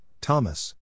Thomas